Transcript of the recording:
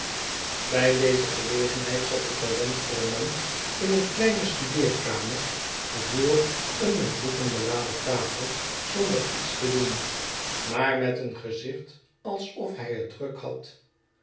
bij deze gelegenheid zat de talentvolle man in een kleine studeerkamer voor een met boeken beladen tafel zonder iets te doen maar met een gezicht alsof hij het druk had